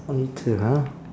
only two ha